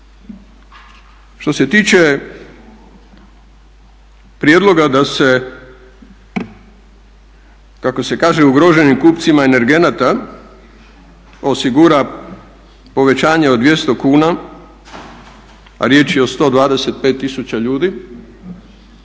Što se tiče prijedloga da se, kako se kaže ugroženim kupcima energenata osigura povećanje od 200 kuna, a riječ je o 125000 ljudi,